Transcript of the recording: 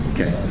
Okay